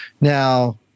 Now